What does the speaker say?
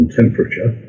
temperature